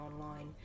online